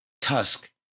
Tusk